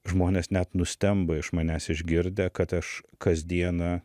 žmonės net nustemba iš manęs išgirdę kad aš kasdieną